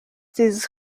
dieses